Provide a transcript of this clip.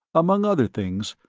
among other things,